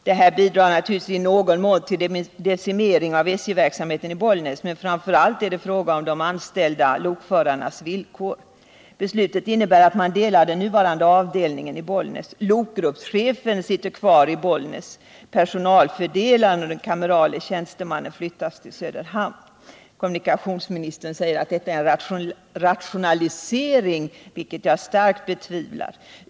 Detta bidrar naturligtvis också i någon mån till en decimering av SJ-verksamheten i Bollnäs, men framför allt är det fråga om de anställda lokförarnas villkor. Beslutet innebär att man delar den nuvarande avdelningen i Bollnäs. Lokgruppschefen sitter kvar i Bollnäs, personalfördelaren och den kamerala tjänstemannen flyttas till Söderhamn. Kommunikationsministern säger att detta är en rationalisering, vilket jag starkt betvivlar.